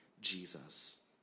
Jesus